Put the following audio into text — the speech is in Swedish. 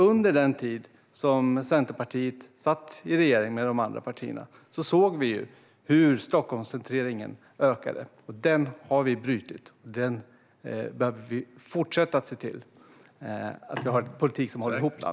Under den tid som Centerpartiet satt i regeringen med de andra borgerliga partierna såg vi hur Stockholmscentreringen ökade. Den har vi brutit. Och vi kommer att fortsätta behöva se till att vi har en politik som håller ihop landet.